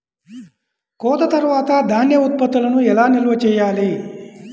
కోత తర్వాత ధాన్య ఉత్పత్తులను ఎలా నిల్వ చేయాలి?